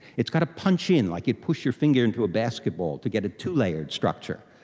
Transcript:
it's got to punch in, like you push your finger into a basketball, to get a two-layered structure.